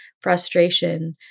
frustration